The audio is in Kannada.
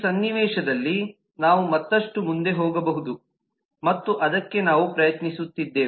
ಈ ಸನ್ನಿವೇಶದಲ್ಲಿ ನಾವು ಮತ್ತಷ್ಟು ಮುಂದೆ ಹೋಗಬಹುದು ಮತ್ತು ಅದಕ್ಕೆ ನಾವು ಪ್ರಯತ್ನಿಸುತ್ತಿದ್ದೇವೆ